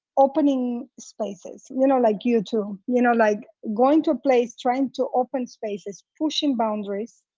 opening spaces. you know, like you two. you know, like going to a place, trying to open spaces, pushing boundaries.